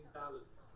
balance